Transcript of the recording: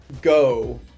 go